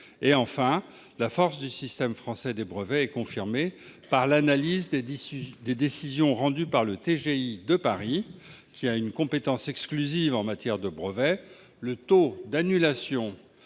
Enfin, la force du système français des brevets est confirmée par l'analyse des décisions rendues par le tribunal de grande instance de Paris, qui a une compétence exclusive en matière de brevet : le taux d'annulation